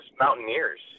Mountaineers